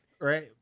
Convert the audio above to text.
right